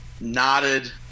nodded